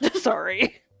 Sorry